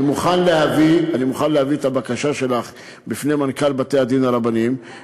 אני מוכן להביא את הבקשה שלך בפני מנכ"ל בתי-הדין הרבניים.